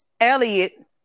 Elliot